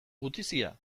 gutizia